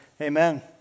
Amen